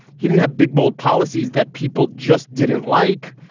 he didn't have big, bold policies that people just didn't like.